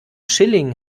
schilling